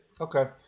Okay